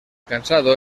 cansado